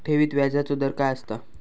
ठेवीत व्याजचो दर काय असता?